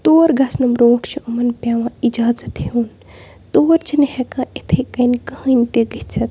تور گَژھنہٕ برٛونٛٹھ چھِ یِمَن پٮ۪وان اِجازَت ہیوٚن تور چھِنہٕ ہٮ۪کان اِتھَے کٔنۍ کٕہٕنۍ تہِ گٔژھِتھ